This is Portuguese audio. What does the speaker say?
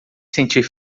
sentir